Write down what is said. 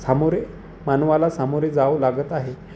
सामोरे मानवाला सामोरे जावं लागत आहे